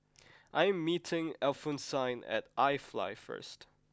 I am meeting Alphonsine at iFly first